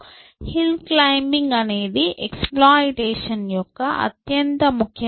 hill climbing అనేది exploitation యొక్క అత్యంత ముఖ్యమైనది